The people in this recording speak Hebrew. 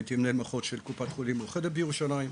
הייתי מנהל מחוז של קופת חולים מאוחדת בירושלים.